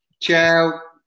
ciao